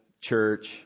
church